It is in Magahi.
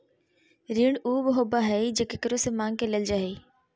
ऋण उ होबा हइ जे केकरो से माँग के लेल जा हइ